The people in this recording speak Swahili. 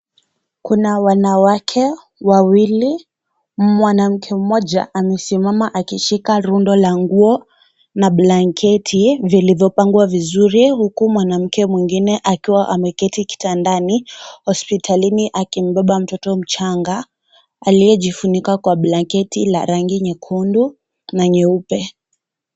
Kuna wanawake wawili. Mwanamke mmoja amesimama akishika rundo la nguo na blanketi vilivyopangwa vizuri. Huku mwanamke mwingine akiwa ameketi kitandani hospitalini akimbeba mtoto mchanga. Aliyejifunika kwa blanketi la rangi nyekundu na nyeupe.